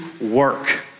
work